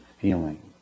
feeling